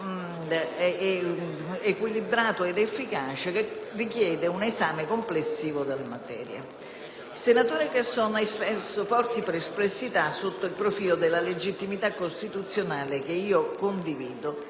Il senatore Casson ha espresso forti perplessità sotto il profilo della legittimità costituzionale, che condivido;